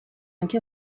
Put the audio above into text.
آنکه